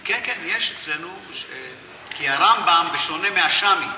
כי הרמב"ם, בשונה מהשאמים,